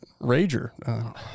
Rager